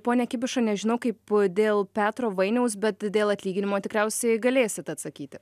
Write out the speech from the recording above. pone kibiša nežinau kaip dėl petro vainiaus bet dėl atlyginimo tikriausiai galėsit atsakyti